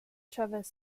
chavez